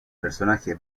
personaje